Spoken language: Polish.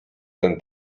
ten